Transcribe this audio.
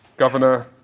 Governor